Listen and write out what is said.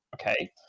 Okay